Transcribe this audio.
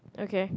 okay